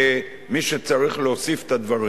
כמי שצריך להוסיף את הדברים: